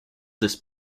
this